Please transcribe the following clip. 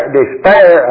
despair